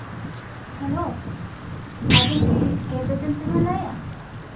hello ᱟᱹᱵᱤᱱ ᱠᱤ ᱠᱮᱯ ᱮᱡᱮᱱᱥᱤ ᱵᱮᱱ ᱞᱟᱹᱭ ᱮᱜᱼᱟ